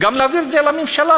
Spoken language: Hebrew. להעביר את זה לממשלה,